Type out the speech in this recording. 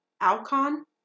Alcon